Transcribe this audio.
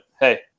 hey